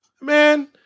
Man